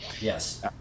Yes